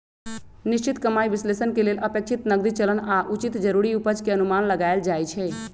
निश्चित कमाइ विश्लेषण के लेल अपेक्षित नकदी चलन आऽ उचित जरूरी उपज के अनुमान लगाएल जाइ छइ